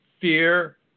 fear